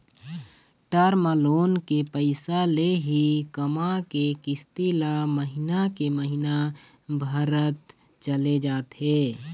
term loan के पइसा ले ही कमा के किस्ती ल महिना के महिना भरत चले जाथे